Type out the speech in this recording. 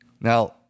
Now